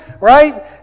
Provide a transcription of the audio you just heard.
right